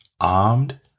armed